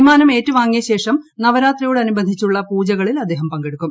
വിമാനം ഏറ്റുവാങ്ങിയശേഷം നവരാത്രിയോട് അനുബന്ധിച്ചുള്ള പൂജകളിൽ അദ്ദേഹം പങ്കെടുക്കും